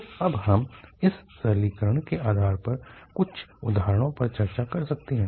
तो अब हम इस सरलीकरण के आधार पर कुछ उदाहरणों पर चर्चा कर सकते हैं